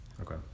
Okay